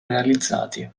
realizzati